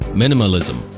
minimalism